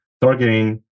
targeting